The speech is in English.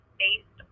based